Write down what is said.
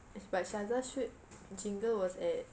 but syaza's shoot jingle was there